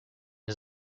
his